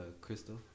Crystal